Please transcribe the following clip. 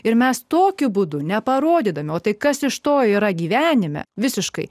ir mes tokiu būdu neparodydami o tai kas iš to yra gyvenime visiškai